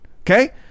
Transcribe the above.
okay